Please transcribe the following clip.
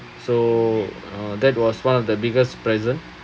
so uh that was one of the biggest present